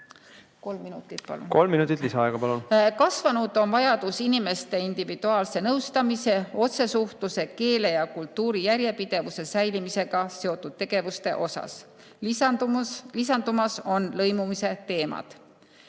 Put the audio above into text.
Kolm minutit lisaaega, palun. Kasvanud on vajadus inimeste individuaalse nõustamise, otsesuhtluse, keele ja kultuuri järjepidevuse säilimisega seotud tegevuste järele. Lisandumas on lõimumise teemad.